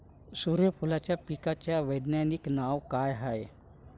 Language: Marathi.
सुर्यफूलाच्या पिकाचं वैज्ञानिक नाव काय हाये?